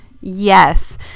Yes